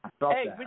Hey